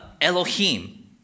Elohim